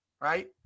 right